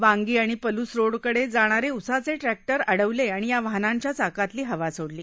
वांगी आणि पल्स रोडकडे जाणारे उसाचे ट्रॅक्टर अडवले आणि या वाहनांच्या चाकातील हवा सोडली